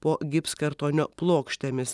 po gipskartonio plokštėmis